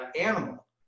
animal